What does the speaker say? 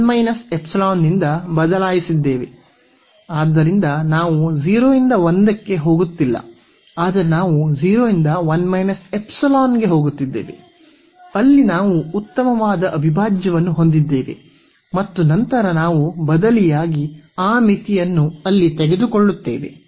ಆದ್ದರಿಂದ ನಾವು 0 ರಿಂದ 1 ಕ್ಕೆ ಹೋಗುತ್ತಿಲ್ಲ ಆದರೆ ನಾವು 0 ರಿಂದ ಗೆ ಹೋಗುತ್ತಿದ್ದೇವೆ ಅಲ್ಲಿ ನಾವು ಉತ್ತಮವಾದ ಅವಿಭಾಜ್ಯವನ್ನು ಹೊಂದಿದ್ದೇವೆ ಮತ್ತು ನಂತರ ನಾವು ಬದಲಿಯಾಗಿ ಆ ಮಿತಿಯನ್ನು ಅಲ್ಲಿ ತೆಗೆದುಕೊಳ್ಳುತ್ತೇವೆ